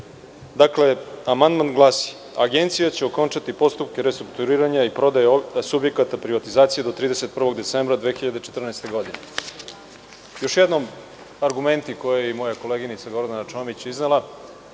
Dakle, amandman glasi – Agencija će okončati postupke restrukturiranja i prodaje subjekata privatizacije do 31. decembra 2014. godine. Još jednom argumenti koje je i moja koleginica Gordana Čomić iznela,